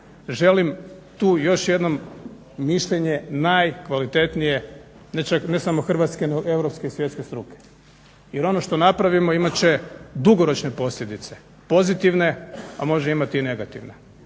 Želim tu još jednom mišljenje najkvalitetnije ne samo hrvatske nego europske i svjetske struke, jer ono što napravimo imat će dugoročne posljedice pozitivne, a može imati i negativne.